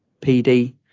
PD